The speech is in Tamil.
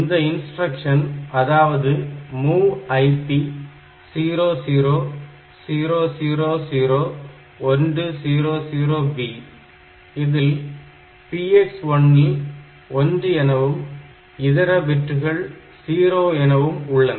இந்த இன்ஸ்டிரக்ஷன் அதாவது MOV IP00000100B இதில் PX1 இல் 1 எனவும் இதர பிட்டுகள் 0 எனவும் உள்ளன